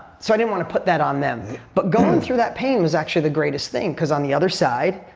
so i didn't want to put that on them. but going through that pain was actually the greatest thing because on the other side,